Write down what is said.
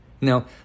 Now